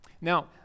Now